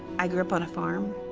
i grew up on a farm,